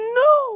no